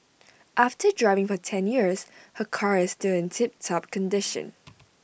after driving for ten years her car is still in tip top condition